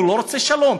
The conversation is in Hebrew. הוא לא רוצה שלום.